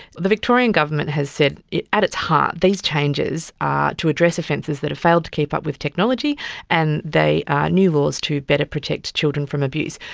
the victorian government has said at its heart these changes are to address offences that have failed to keep up with technology and they are new laws to better protect children from abuse.